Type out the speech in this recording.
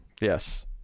Yes